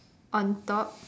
on top